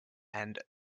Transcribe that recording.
and